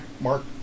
Mark